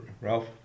Ralph